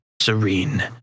Serene